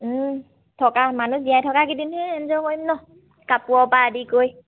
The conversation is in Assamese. থকা মানুহ জীয়াই থকাকেইদিনহে এনজয় কৰিম নহ্ কাপোৰৰ পৰা আদি কৰি